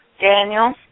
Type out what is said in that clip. Daniel